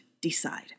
decide